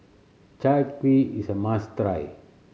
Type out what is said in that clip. Chai Kuih is a must try